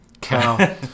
cow